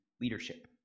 leadership